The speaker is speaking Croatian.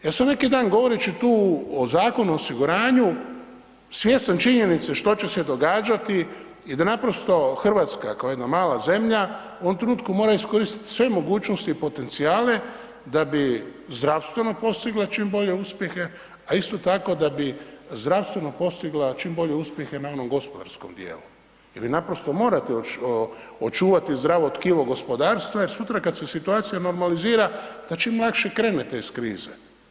Ja sam neki dan govoreći tu o Zakonu o osiguranju, svjestan činjenice što će se događati i da naprosto Hrvatska kao jedna mala zemlja, u ovom trenutku mora iskoristi sve mogućnosti i potencijale da bi zdravstveno postigla čim bolje uspjehe a isto tako da bi zdravstveno postigla čim bolje uspjehe na onom gospodarskom djelu jer naprosto morate očuvati zdravo tkivo gospodarstva jer sutra kad se situacija normalizira, da čim lakše krenete iz krize.